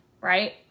right